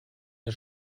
der